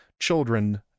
children